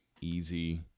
easy